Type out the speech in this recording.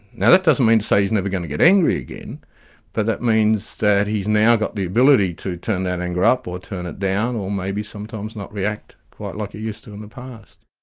now that doesn't mean to say he's never going to get angry again, but that means that he's now got the ability to turn that anger up or turn it down or maybe sometimes not react quite like he ah used to in the past.